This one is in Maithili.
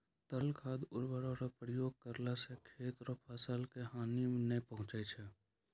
तरल खाद उर्वरक रो प्रयोग करला से खेत रो फसल के हानी नै पहुँचय छै